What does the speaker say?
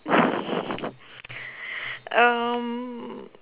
um